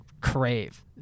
crave